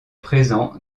présent